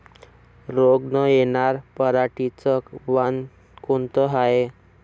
रोग न येनार पराटीचं वान कोनतं हाये?